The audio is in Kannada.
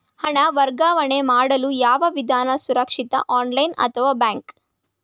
ಹಣ ವರ್ಗಾವಣೆ ಮಾಡಲು ಯಾವ ವಿಧಾನ ಸುರಕ್ಷಿತ ಆನ್ಲೈನ್ ಅಥವಾ ಬ್ಯಾಂಕ್?